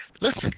Listen